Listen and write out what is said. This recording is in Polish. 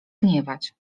gniewać